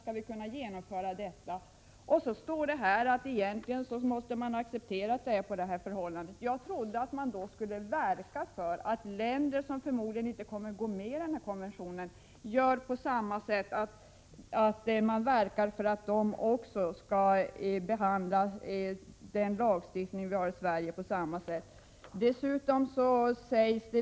Men så står det i svaret att vi måste acceptera att det inte förhåller sig på detta sätt. Jag trodde att vi skulle verka för att man i länder som förmodligen inte kommer att ansluta sig till dessa konventioner skall se på svensk lagstiftning på samma sätt som vi gör.